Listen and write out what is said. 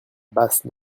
basse